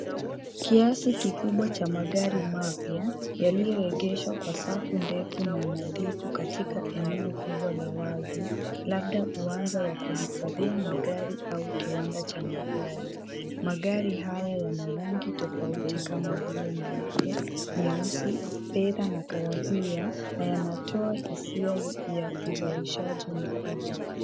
Kiasi kikubwa cha magari mapya, yaliyoegeshwa kwa safu ndefu na nadhifu katika eneo kubwa la wazi, labda uwanja wa kuhifadhia magari au kiwanda cha magari. Magari haya yana rangi tofauti kama vile nyeupe, nyeusi, fedha na kahawia, na yanatoa hisia ya uzalishaji mkubwa.